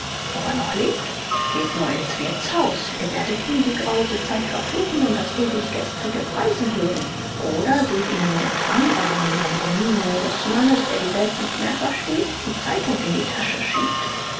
ob er noch lebt geht nur ins wirtshaus ihr werdet ihn die grause zeit verfluchen und das ewig gestrige preisen hören oder seht ihn in der trambahn wie er mit der miene des mannes der die welt nicht mehr versteht die zeitung in die tasche schiebt